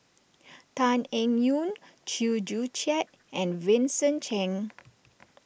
Tan Eng Yoon Chew Joo Chiat and Vincent Cheng